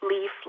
leaf